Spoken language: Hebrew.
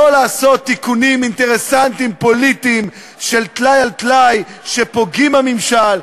עושים תיקונים אינטרסנטיים פוליטיים של טלאי על טלאי שפוגעים בממשל,